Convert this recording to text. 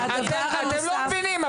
אתם לא מבינים,